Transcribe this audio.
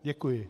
Děkuji.